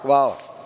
Hvala.